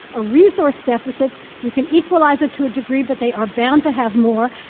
a resource deficit, you can equalize it to a degree, but they are bound to have more,